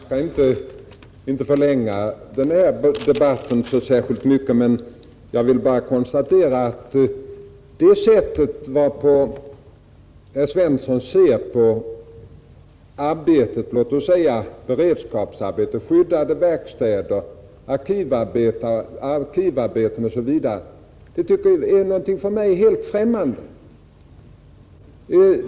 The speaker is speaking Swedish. Herr talman! Jag skall inte förlänga den här debatten särskilt mycket, men jag vill konstatera att det sätt varpå herr Svensson i Malmö ser på låt oss säga beredskapsarbete, skyddade verkstäder, arkivarbete osv. är någonting för mig helt främmande.